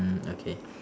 ah okay